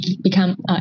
become